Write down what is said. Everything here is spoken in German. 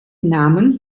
nahmen